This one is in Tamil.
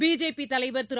பிஜேபி தலைவர் திரு